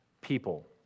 people